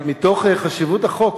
מתוך חשיבות החוק,